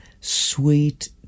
sweet